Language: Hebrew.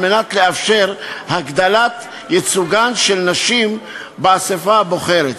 לאפשר הגדלת ייצוגן של נשים באספה הבוחרת.